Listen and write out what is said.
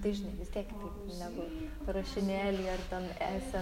tai žinai vis tiek kitaip negu rašinėly ar ten esė